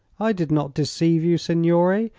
i did not deceive you, signore.